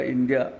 India